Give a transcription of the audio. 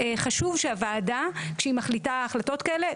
חשוב שהוועדה כשהיא מחליטה החלטות כאלה,